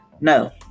No